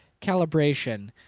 calibration